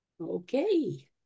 Okay